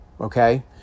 Okay